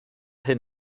hyn